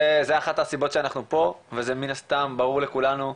זו אחת הסיבות שאנחנו פה וזה מן הסתם ברור לכולנו,